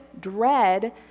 dread